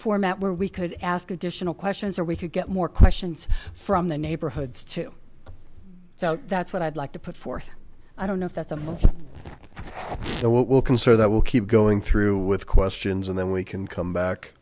format where we could ask additional questions or we could get more questions from the neighborhoods too so that's what i'd like to put forth i don't know if that's what will consider that will keep going through with questions and then we can come back